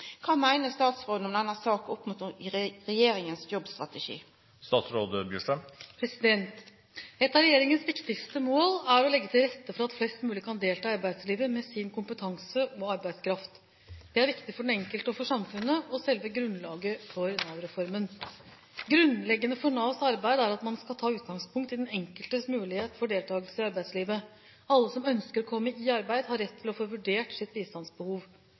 Hva mener statsråden om denne saken opp mot regjeringens jobbstrategi?» Et av regjeringens viktigste mål er å legge til rette for at flest mulig kan delta i arbeidslivet med sin kompetanse og arbeidskraft. Det er viktig for den enkelte og for samfunnet, og det er selve grunnlaget for Nav-reformen. Grunnleggende for Navs arbeid er at man skal ta utgangspunkt i den enkeltes mulighet for deltakelse i arbeidslivet. Alle som ønsker å komme i arbeid, har rett til å få vurdert sitt bistandsbehov.